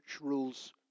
rules